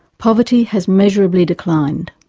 poverty has measurably declined,